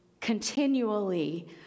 continually